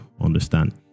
understand